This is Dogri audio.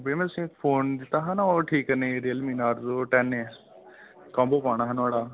भैया मैं तुसेंगी फोन दित्ता हा ना ओह् ठीक करने गी रियल मी नारजो दा टेन ए कम्बो पाना हा नोआड़ा